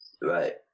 Right